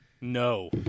No